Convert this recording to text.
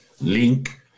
Link